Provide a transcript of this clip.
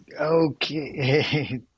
Okay